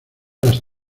las